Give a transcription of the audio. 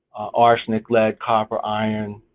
arsenic, lead, copper, iron,